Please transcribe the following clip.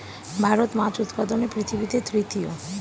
ভারত মাছ উৎপাদনে পৃথিবীতে তৃতীয়